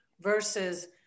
versus